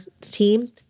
team